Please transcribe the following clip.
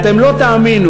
ואתם לא תאמינו.